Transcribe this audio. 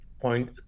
point